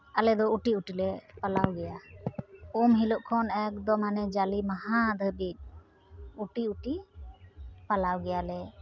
ᱟᱞᱮ ᱫᱚ ᱩᱴᱤᱼᱩᱴᱤ ᱞᱮ ᱯᱟᱞᱟᱣ ᱜᱮᱭᱟ ᱩᱢ ᱦᱤᱞᱳᱜ ᱳᱠᱫᱚᱢ ᱦᱟᱱᱟ ᱡᱟᱞᱮ ᱢᱟᱦᱟ ᱫᱷᱟ ᱵᱤᱡ ᱩᱴᱤ ᱩᱴᱤ ᱯᱟᱞᱟᱣ ᱜᱮᱭᱟᱞᱮ